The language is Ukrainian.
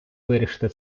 вирішити